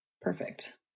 perfect